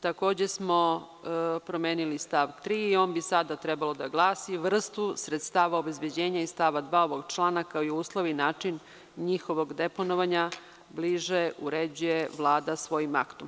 Takođe smo promenili stav 3. i on bi sada trebalo da glasi: „Vrstu sredstava obezbeđenja iz stava 2. ovog člana, kao i uslovi i način njihovog deponovanja, bliže uređuje Vlada svojim aktom“